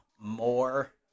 more